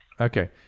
Okay